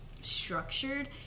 structured